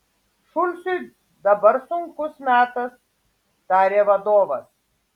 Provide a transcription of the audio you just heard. šulcui dabar sunkus metas tarė vadovas